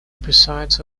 presides